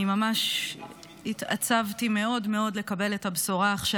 אני ממש התעצבתי מאוד מאוד לקבל את הבשורה עכשיו.